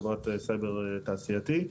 חברת סייבר תעשייתית.